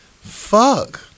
fuck